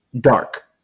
dark